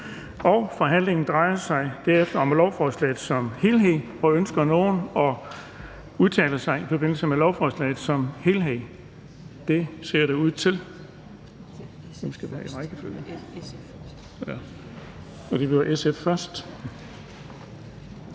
Forhandlingen drejer sig herefter om lovforslaget som helhed. Ønsker nogen at udtale sig i forbindelse med lovforslaget som helhed? Det ser der ud til. Det er SF's Sofie Lippert først.